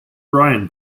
bryan